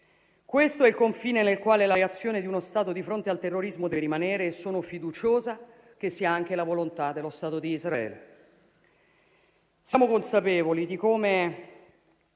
Questo è il confine nel quale la reazione di uno Stato di fronte al terrorismo deve rimanere e sono fiduciosa che sia anche la volontà dello Stato di Israele.